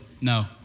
no